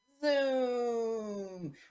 Zoom